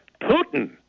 Putin